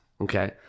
Okay